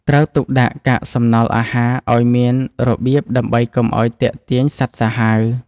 ត្រូវទុកដាក់កាកសំណល់អាហារឱ្យមានរបៀបដើម្បីកុំឱ្យទាក់ទាញសត្វសាហាវ។